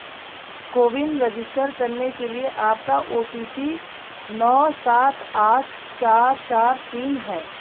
CoWIN register करने के लिए आपका ओ टी पी नौ सात आठ चार चार तीन है